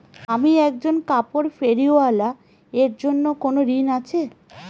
আমি একজন কাপড় ফেরীওয়ালা এর জন্য কোনো ঋণ আছে?